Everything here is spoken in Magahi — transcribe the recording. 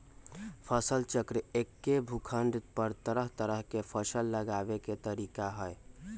फसल चक्र एक्के भूखंड पर तरह तरह के फसल लगावे के तरीका हए